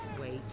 wait